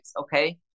okay